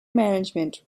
management